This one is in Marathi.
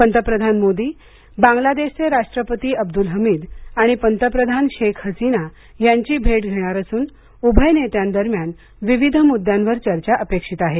पंतप्रधान मोदी बांग्लादेशचे राष्ट्रपती अब्दुल हमीद आणि पंतप्रधान शेख हसीना यांची भेट घेणार असून उभय नेत्यांदरम्यान विविध मुद्द्यांवर चर्चा अपेक्षित आहे